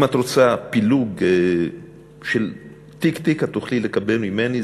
אם את רוצה פילוג של תיק-תיק, את תוכלי לקבל ממני.